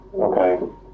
Okay